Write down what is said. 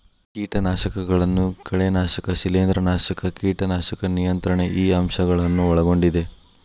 ಕೇಟನಾಶಕಗಳನ್ನು ಕಳೆನಾಶಕ ಶಿಲೇಂಧ್ರನಾಶಕ ಕೇಟನಾಶಕ ನಿಯಂತ್ರಣ ಈ ಅಂಶ ಗಳನ್ನು ಒಳಗೊಂಡಿದೆ